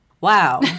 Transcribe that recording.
Wow